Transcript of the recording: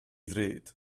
ddrud